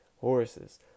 Horses